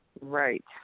Right